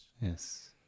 Yes